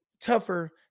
tougher